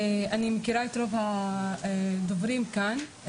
אני מכירה את רוב הדוברים כאן.